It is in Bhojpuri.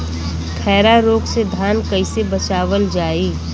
खैरा रोग से धान कईसे बचावल जाई?